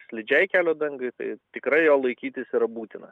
slidžiai kelio dangai tai tikrai jo laikytis yra būtina